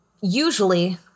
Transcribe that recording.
usually